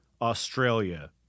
Australia